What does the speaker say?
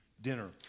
dinner